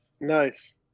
nice